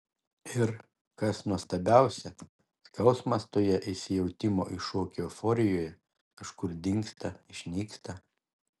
ir kas nuostabiausia skausmas toje įsijautimo į šokį euforijoje kažkur dingsta išnyksta